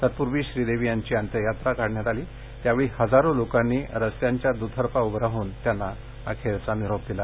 तत्पूर्वी श्रीदेवी यांची अंत्ययात्रा काढण्यात आली त्यावेळी हजारो लोकांनी रस्त्याच्या दुतर्फा उभे राहून त्यांना अखेरचा निरोप दिला